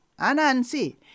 Anansi